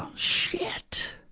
ah shit!